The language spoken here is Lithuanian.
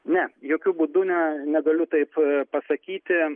ne jokiu būdu ne negaliu taip pasakyti